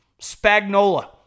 Spagnola